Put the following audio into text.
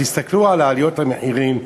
תסתכלו על עליות המחירים.